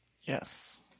yes